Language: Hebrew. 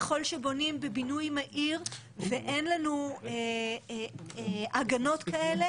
ככל שבונים בבינוי מהיר ואין לנו הגנות כאלה,